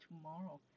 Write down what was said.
tomorrow